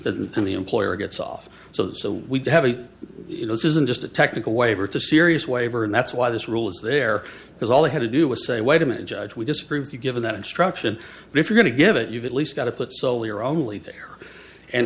that then the employer gets off so so we have a you know this isn't just a technical waiver to serious waiver and that's why this rule is there because all they had to do was say wait a minute judge we disagree with you given that instruction but if you're going to give it you've at least got to put so we're only there and